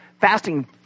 fasting